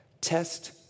Test